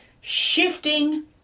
shifting